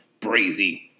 brazy